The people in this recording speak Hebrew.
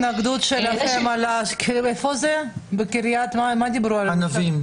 ושירותי דת יהודיים): מה עם ההתנגדות שלכם בקריית ענבים?